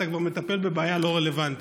אתה כבר מטפל בבעיה לא רלוונטית.